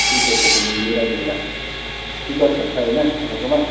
ठिकै छ त्यो मिलाइदिउँला टिकट त छ होइन तपाईँकोमा